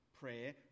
prayer